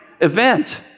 event